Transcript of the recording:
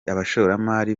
abashoramari